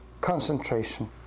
concentration